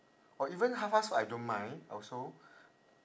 or even fast food I don't mind also